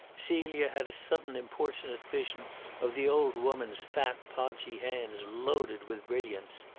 celia had a sudden importunate vision of the old woman's fat, podgy hands loaded with brilliants.